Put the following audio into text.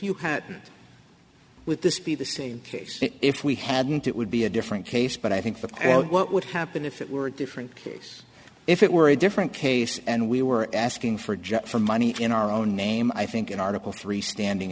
you had with this be the same case if we hadn't it would be a different case but i think that what would happen if it were a different case if it were a different case and we were asking for just for money in our own name i think an article three standing